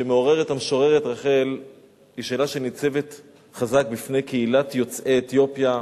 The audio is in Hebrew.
שמעוררת המשוררת רחל היא שאלה שניצבת חזק בפני קהילת יוצאי אתיופיה.